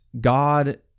God